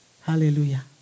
Hallelujah